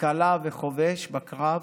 כקלע וכחובש בקרב.